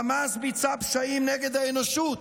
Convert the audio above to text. חמאס ביצע פשעים נגד האנושות,